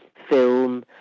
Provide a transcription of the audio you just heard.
film,